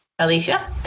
Alicia